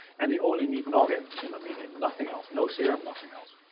and they only need noggin in the medium nothing else. no serum, nothing else.